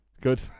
Good